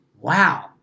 wow